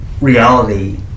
reality